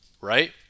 right